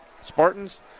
Spartans